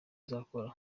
nzakora